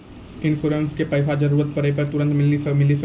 इंश्योरेंसबा के पैसा जरूरत पड़े पे तुरंत मिल सकनी?